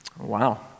Wow